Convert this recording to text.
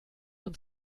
und